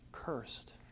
cursed